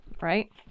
right